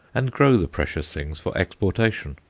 and grow the precious things for exportation.